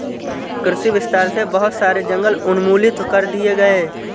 कृषि विस्तार से बहुत सारे जंगल उन्मूलित कर दिए गए